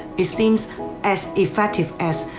it seems as effective as